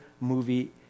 movie